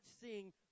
seeing